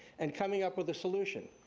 and coming up with a solution,